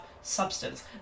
substance